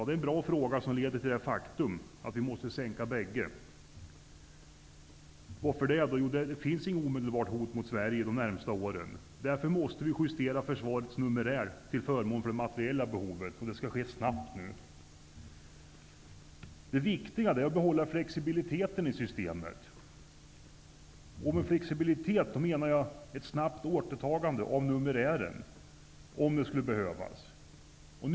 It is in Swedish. Det är en bra fråga, som leder till slutsatsen att vi måste sänka ribban för båda. Det finns inget omedelbart hot mot Sverige de närmaste åren. Låt oss därför justera försvarets numerär till förmån för det materiella behovet. Det skall ske snabbt. Det viktiga är att behålla flexibiliteten i systemet. Med flexibilitet menar jag att vi, om det skulle behövas, snabbt skall kunna återgå till tidigare numerär.